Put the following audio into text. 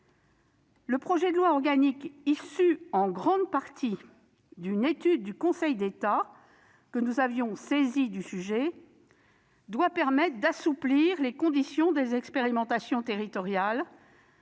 Le projet de loi organique, issu en grande partie d'une étude du Conseil d'État que nous avions saisi du sujet, doit permettre d'assouplir les conditions des expérimentations territoriales